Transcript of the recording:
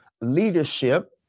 leadership